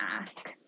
ask